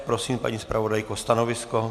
Prosím, paní zpravodajko, stanovisko.